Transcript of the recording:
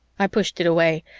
i pushed it away,